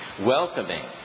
welcoming